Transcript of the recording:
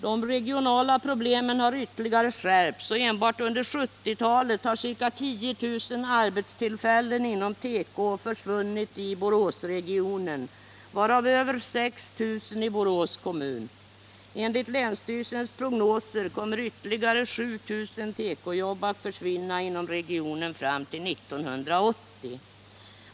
De regionala problemen har ytterligare skärpts och enbart under 1970-talet har ca 10 000 arbetstillfällen inom teko försvunnit i Boråsregionen, varav över 6 000 i Borås kommun. Enligt länsstyrelsens prognoser kommer ytterligare 7 000 tekojobb att försvinna inom regionen fram till 1980.